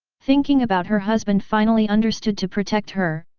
thinking about her husband finally understood to protect her,